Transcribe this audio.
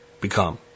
become